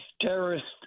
terrorists